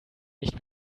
nicht